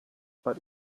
but